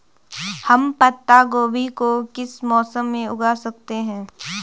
हम पत्ता गोभी को किस मौसम में उगा सकते हैं?